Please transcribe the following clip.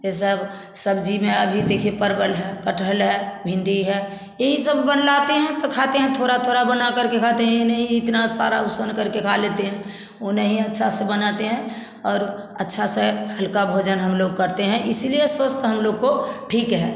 ये सब सब्जी में अभी देखी परवल है कटहल है भिंडी है यही सब बनाते हैं तो खाते हैं थोड़ा थोड़ा बनाकर के खाते है यह नहीं की इतना सारा संग कर खा लेते हैं वो नहीं अच्छा से बनाते है और अच्छा से हल्का भोजन हम लोग करते हैं इसीलिए स्वास्थ्य हम लोग का ठीक है